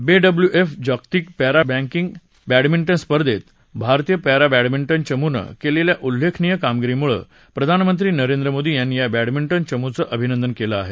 बे W F जागतिक para badminton स्पर्धेत भारतीय पॅरा बॅंडमिंटन चमूनं केलेल्या उल्लेखनीय कामगिरीमुळे प्रधान मंत्री नरेंद्र मोदी यांनी या बॅडमिंटन चमूचं अभिनंदन केलं आहे